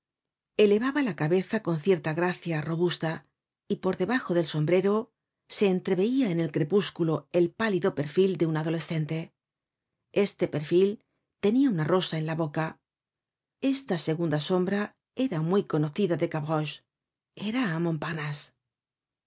elevaba la cabeza con cierta gracia robusta y por debajo del sombrero se entreveia en el crepúsculo el pálido perfil de un adolescente este perfil tenia una rosa en la boca esta segunda sombra era muy conocida de gavroche era